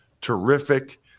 terrific